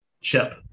chip